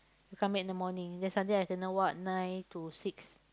you come back in the morning then Sunday I kena what nine to six